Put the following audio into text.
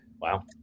Wow